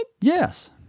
Yes